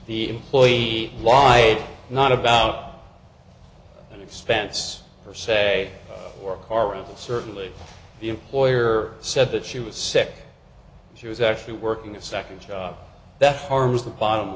the employee lied not about the expense per se or current certainly the employer said that she was sick she was actually working a second job that harms the bottom